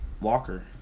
Walker